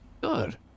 Good